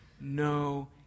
no